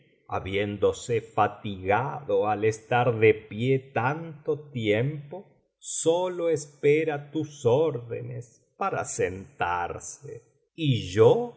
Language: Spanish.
habiéndose fatigado al estar de pie tanto tiempo sólo espera tus órdenes para sentarse y yo